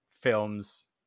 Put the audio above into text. films